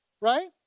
right